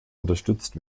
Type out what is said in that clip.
unterstützt